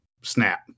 snap